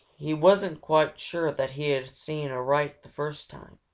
he wasn't quite sure that he had seen aright the first time.